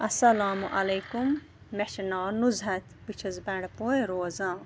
اَلسَلامُ علیکُم مےٚ چھُ ناو نُظہَت بہٕ چھَس بَنڈپورِ روزان